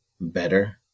better